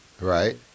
right